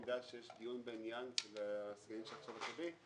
אני יודע שיש דיון אצל סגנית של החשב הכללי.